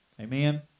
Amen